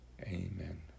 Amen